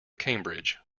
cambridge